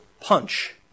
punch